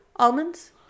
Almonds